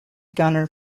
gunner